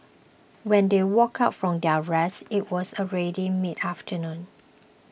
when they woke up from their rest it was already midafternoon